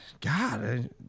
God